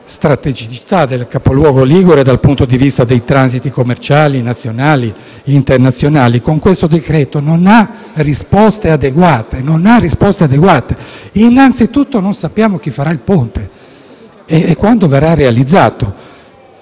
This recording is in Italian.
la strategicità del Capoluogo ligure dal punto di vista dei transiti commerciali nazionali e internazionali, con questo decreto-legge non ha risposte adeguate. Innanzitutto, non sappiamo chi farà il ponte e quando verrà realizzato.